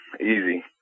easy